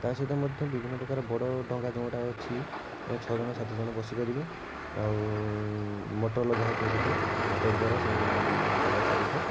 ତା' ସହିତ ମଧ୍ୟ ବିଭିନ୍ନ ପ୍ରକାର ବଡ଼ ଡ଼ଙ୍ଗା ଯେଉଁ ଗୁଡ଼ାକ ଅଛି ଛଅ ଜଣ ସାତ ଜଣ ବସି ପାରିବେ ଆଉ ମୋଟର ଲଗା ହେଇଥିବ ସେଥିରେ ମୋଟର ଦ୍ଵାରା ସେ ଡ଼ଙ୍ଗା ଚାଲିଥାଏ